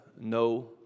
no